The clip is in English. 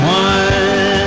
one